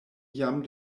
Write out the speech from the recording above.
jam